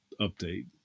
update